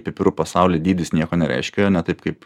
pipirų pasauly dydis nieko nereiškia ar ne taip kaip